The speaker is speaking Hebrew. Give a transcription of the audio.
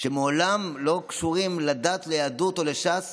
שמעולם לא היו קשורים לדת, ליהדות או לש"ס